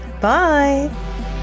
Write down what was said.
Bye